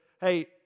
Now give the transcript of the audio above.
Hey